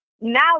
Now